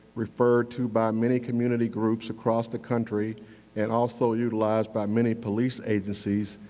referred to by many community groups across the country and also utilized by many police agencies,